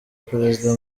perezida